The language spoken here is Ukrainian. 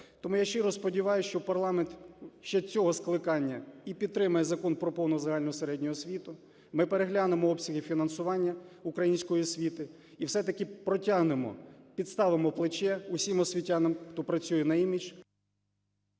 Тому я щиро сподіваюся, що парламент ще цього скликання і підтримає Закон "Про повну загальну середню освіту". Ми переглянемо обсяги фінансування української освіти, і все-таки протягнемо, підставимо плече усім освітянам, хто працює на імідж…